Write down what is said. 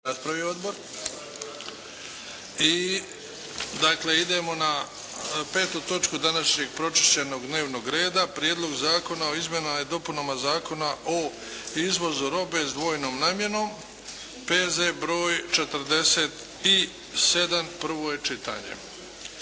I dakle idemo na petu točku današnjeg pročišćenog dnevnog reda - Prijedlog zakona o izmjenama i dopunama Zakona o izvozu robe s dvojnom namjenom, prvo čitanje,